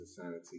Sanity